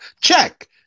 check